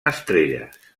estrelles